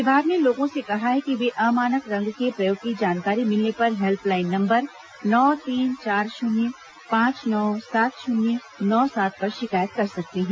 विभाग ने लोगों से कहा है कि वे अमानक रंग के प्रयोग की जानकारी मिलने पर हेल्पलाइन नंबर नौ तीन चार शून्य पांच नौ सात शून्य नौ सात पर शिकायत कर सकते हैं